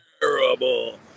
terrible